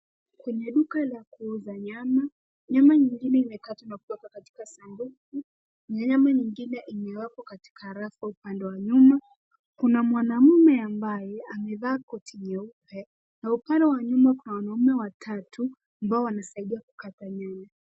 Kuna duka la kuuza nyanya. Nyama nyingine imekatwa na kuwekwa kwenye sanduku nyama nyingine imewekwa katika rafu upanda wa nyuma. Kuna mwanamume ambaye amevaa koti nyeupe na upande wa nyuma kuna wanaume watatu ambao wanasaidia kukata nyama.